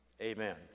Amen